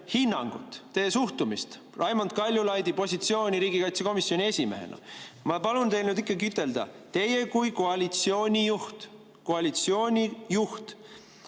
hinnangut, teie suhtumist Raimond Kaljulaidi positsiooni riigikaitsekomisjoni esimehena. Ma palun teil ikkagi ütelda, teie kui koalitsiooni juht – koalitsiooni juht